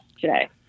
today